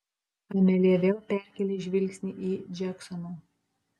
amelija vėl perkėlė žvilgsnį į džeksoną